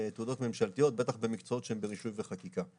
תעודות ממשלתיות, בטח במקצועות שהם ברישוי וחקיקה.